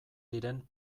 diren